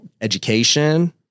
education